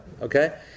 okay